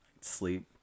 sleep